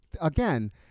Again